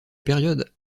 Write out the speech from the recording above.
période